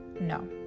No